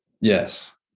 Yes